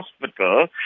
Hospital